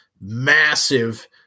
massive